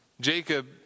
Jacob